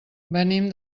venim